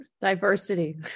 Diversity